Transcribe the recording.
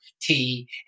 tea